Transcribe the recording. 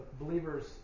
believers